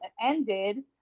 ended